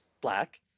black